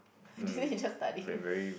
didn't you just study